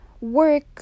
work